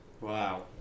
Wow